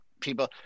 people